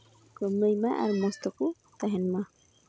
ᱠᱟᱹᱢᱤ ᱢᱟ ᱟᱨ ᱢᱚᱡᱽ ᱛᱮᱠᱚ ᱛᱟᱦᱮᱱ ᱢᱟ